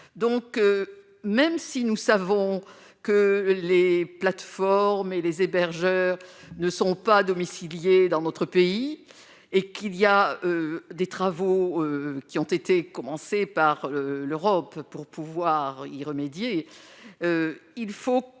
donc, même si nous savons que les plateformes et les hébergeurs ne sont pas domiciliés dans notre pays et qu'il y a des travaux qui ont été commencés par l'Europe pour pouvoir y remédier, il faut quand même insister